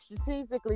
strategically